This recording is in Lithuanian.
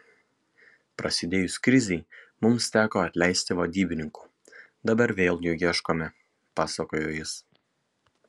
prasidėjus krizei mums teko atleisti vadybininkų dabar vėl jų ieškome pasakojo jis